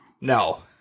No